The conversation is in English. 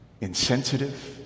insensitive